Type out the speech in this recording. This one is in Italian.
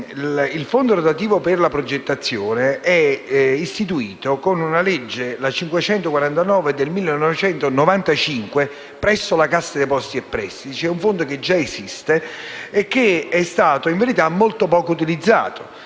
il Fondo rotativo per la progettazione è istituito con la legge n. 549 del 1995, presso la Cassa depositi e prestiti. È cioè un fondo che già esiste e che è stato molto poco utilizzato.